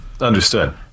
Understood